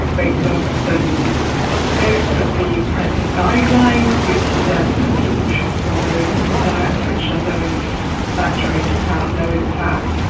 weight loss than most of the present guidelines, which suggests that people should follow the diets which are low in saturated fat, low in fat,